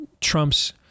Trump's